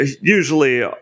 usually